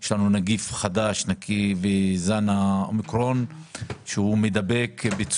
יש לנו נגיף חדש מזן ה-אומיקרון שהוא מדבק מאוד